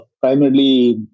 primarily